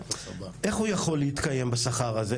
איך הוא יכול להתקיים בשכר הזה?